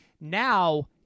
Now